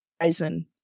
horizon